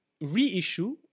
reissue